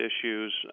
issues